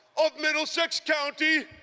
of middlesex county,